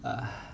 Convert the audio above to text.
err